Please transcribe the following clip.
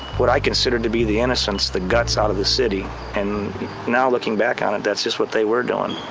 what i considered to be the innocence, the guts out of the city and now looking back on it, that's just what they were doing.